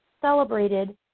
celebrated